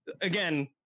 again